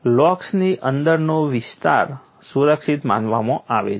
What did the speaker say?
લોકસની અંદરનો વિસ્તાર સુરક્ષિત માનવામાં આવે છે